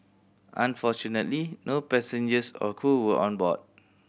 unfortunately no passengers or crew were on board